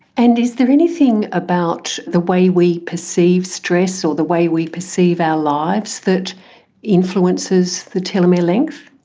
and is there anything about the way we perceive stress or the way we perceive our lives that influences the telomere length?